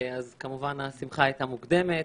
השמחה הייתה כמובן מוקדמת.